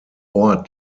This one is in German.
ort